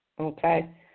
Okay